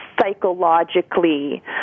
psychologically